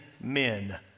men